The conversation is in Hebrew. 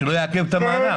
שלא יעכב את המענק.